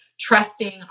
trusting